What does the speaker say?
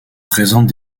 présentent